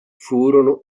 furono